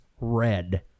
red